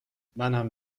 منم